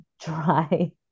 dry